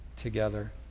together